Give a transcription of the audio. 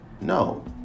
No